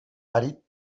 àrid